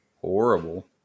horrible